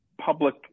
public